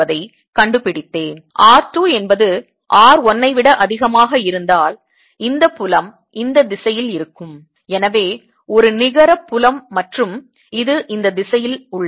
r 2 என்பது r 1 ஐ விட அதிகமாக இருந்தால் இந்த புலம் இந்த திசையில் இருக்கும் எனவே ஒரு நிகர புலம் மற்றும் இது இந்த திசையில் உள்ளது